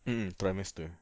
mm trimester